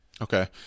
okay